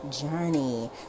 journey